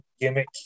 gimmick